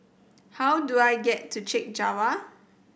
how do I get to Chek Jawa